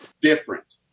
Different